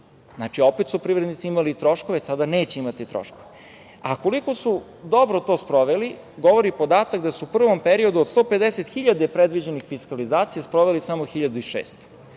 Znači, opet su privrednici imali troškove, a sada neće imati troškove. Koliko dobro su to sproveli, govori podatak da su u prvom periodu od 150 hiljada predviđenih fiskalizacija sproveli smo 1.600.